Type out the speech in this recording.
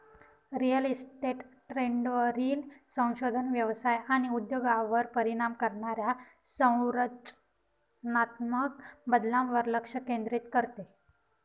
real estate ट्रेंडवरील संशोधन व्यवसाय आणि उद्योगावर परिणाम करणाऱ्या संरचनात्मक बदलांवर लक्ष केंद्रित करते